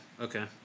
okay